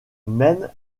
même